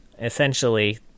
essentially